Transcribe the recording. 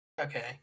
Okay